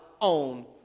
own